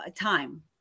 time